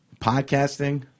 podcasting